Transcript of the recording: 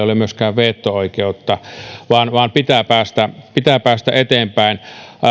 ole myöskään veto oikeutta vaan vaan pitää päästä pitää päästä eteenpäin